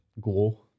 Go